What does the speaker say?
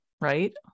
right